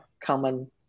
common